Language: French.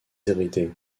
hériter